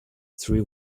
three